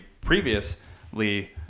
previously